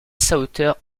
sauter